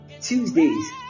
Tuesdays